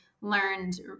learned